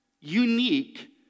unique